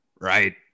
Right